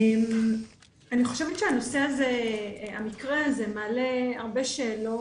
אני חושבת שהמקרה הזה מעלה הרבה שאלות